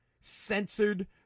censored